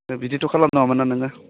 बिदिथ' खालाम नाङामोन ना नोङो